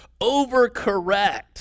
overcorrect